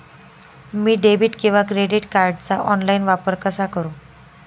मी debit किंवा credit कार्डचा online वापर कसा करु?